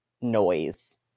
noise